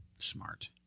smart